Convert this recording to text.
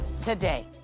today